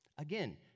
Again